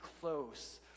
close